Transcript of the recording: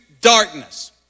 darkness